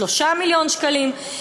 3 מיליון שקלים,